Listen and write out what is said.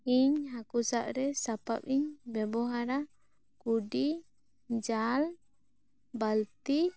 ᱤᱧ ᱦᱟᱹᱠᱩ ᱥᱟᱜ ᱨᱮ ᱥᱟᱯᱟᱵ ᱤᱧ ᱵᱮᱵᱚᱦᱟᱨᱟ ᱠᱩᱰᱤ ᱡᱟᱞ ᱵᱟᱹᱞᱛᱤ